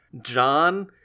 John